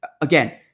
again